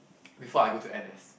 before I go to N_S